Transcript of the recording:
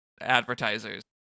advertisers